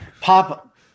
Pop